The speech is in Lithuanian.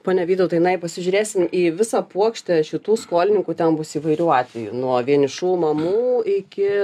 pone vytautai na jei pasižiūrėsim į visą puokštę šitų skolininkų ten bus įvairių atvejų nuo vienišų mamų iki